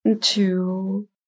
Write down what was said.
two